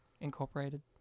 Incorporated